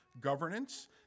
governance